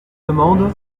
demande